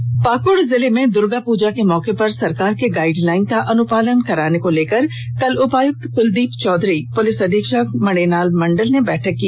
र्ष में भे पाकुड़ जिले में दुर्गा पूजा के मौके पर सरकार के गाइड लाइन का अनुपालन कराने को लेकर कल उपायुक्त कुलदीप चौधरी पुलिस अधीक्षक मणिलाल मंडल ने बैठक की